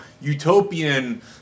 utopian